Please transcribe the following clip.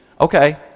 Okay